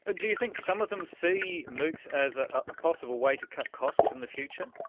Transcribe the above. ah do you think some of them see moocs as a ah possible way to cut costs in the future?